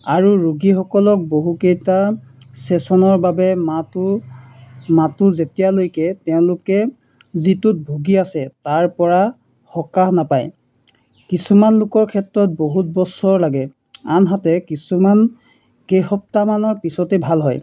আৰু ৰোগীসকলক বহুকেইটা ছেছনৰ বাবে মাতো মাতো যেতিয়ালৈকে তেওঁলোকে যিটোত ভুগি আছে তাৰ পৰা সকাহ নাপায় কিছুমান লোকৰ ক্ষেত্ৰত বহুত বছৰ লাগে আনহাতে কিছুমান কেইসপ্তাহমানৰ পিছতেই ভাল হয়